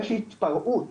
יש התפרעות